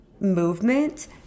movement